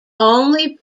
only